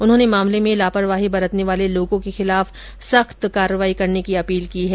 उन्होंने मामले में लापरवाही बरतने वाले लोगों के खिलाफ सख्त कार्रवाई करने की अपील की है